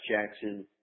Jackson